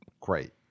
Great